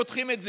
פותחים את זה,